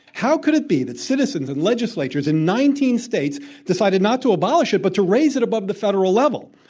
how could it be that citizens and legislatures in nineteen states decided not to abolish it, but to raise it above the federal level?